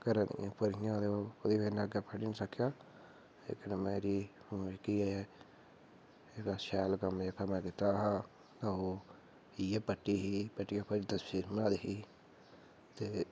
घरै दी पेइयां ओह्दी बजह् कन्नै अग्गैं पढी नीं सकेआ लेकिन जेह्ड़ा में शैल करियै सिक्खे दा हा ओह् इ'यै पट्टी गै हियां